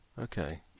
Okay